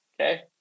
Okay